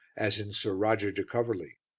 as in sir roger de coverley.